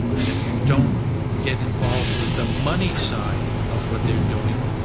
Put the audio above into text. and if you don't get involved with the money side of what they're doing,